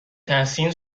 تحسین